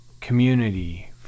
community